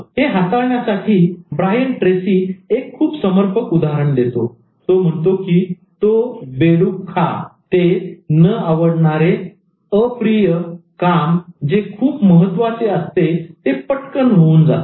हे हाताळण्यासाठी Brian Tracy Brian Tracy एक खूप समर्पक उदाहरण देतो तो म्हणतो की तो बेडूक खा ते न आवडणारे अप्रिय काम जे खूप महत्त्वाचे असते ते पटकन होऊन जाते